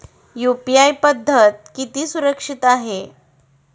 UPI पद्धत किती सुरक्षित आहे?